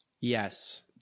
Yes